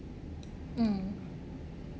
mm